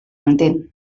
entén